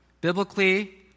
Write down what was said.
Biblically